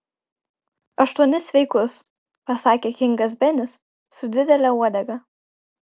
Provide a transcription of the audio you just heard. aštuonis sveikus pasakė kingas benis su didele uodega